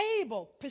able